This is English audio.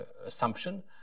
assumption